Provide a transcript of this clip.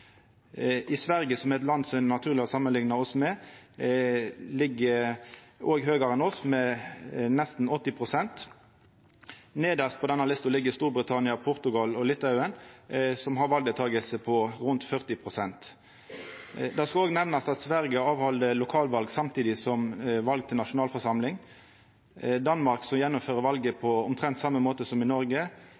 Sverige, som er eit land det er naturleg å samanlikna oss med, ligg òg høgare enn oss med nesten 80 pst. Nedst på denne lista ligg Storbritannia, Portugal og Litauen, som har valdeltaking på rundt 40 pst. Det skal òg bli nemnt at Sverige held lokalval samtidig som val til nasjonalforsamlinga. I Danmark, som gjennomfører valet på omtrent same måten som i